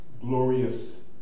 glorious